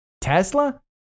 Tesla